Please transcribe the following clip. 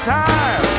time